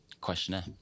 questionnaire